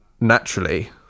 naturally